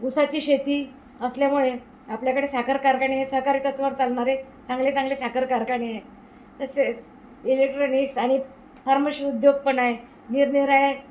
ऊसाची शेती असल्यामुळे आपल्याकडे साखर कारखाने आहे सहकारी तत्त्वावर चालणारे चांगले चांगले साखर कारखाने आहे तसेच इलेक्ट्रॉनिक्स आणि फार्मशी उद्योग पण आहे निरनिराळे